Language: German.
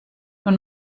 nun